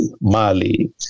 Mali